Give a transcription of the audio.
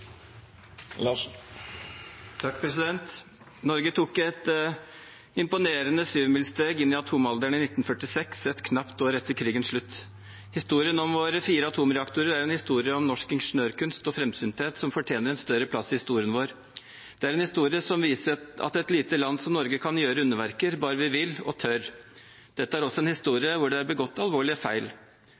Norge tok et imponerende syvmilssteg inn i atomalderen i 1946, et knapt år etter krigens slutt. Historien om våre fire atomreaktorer er en historie om norsk ingeniørkunst og framsynthet som fortjener en større plass i historien vår. Det er en historie som viser at et lite land som Norge kan gjøre underverker bare vi vil og tør. Dette er også en historie hvor det er begått alvorlige feil.